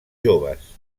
joves